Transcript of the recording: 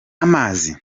amazi